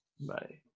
Bye